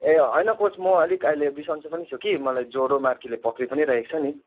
ए होइन कोच म आलिक अहिले बिसञ्चो पनि छु कि मलाई जोरो मार्गीले पक्री पनि राखेको छ नि